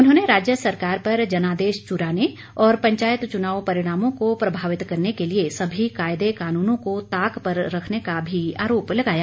उन्होंने राज्य सरकार पर जनादेश चुराने और पंचायत चुनाव परिणामों को प्रभावित करने के लिए सभी कायदे कानूनों को ताक पर रखने का भी आरोप लगाया